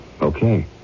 Okay